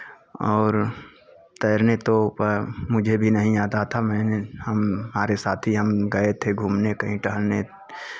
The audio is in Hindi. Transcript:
और तैरने तो पर मुझे भी नहीं आता था मैं हमारे साथी हम गए थे घूमने कहीं टहलने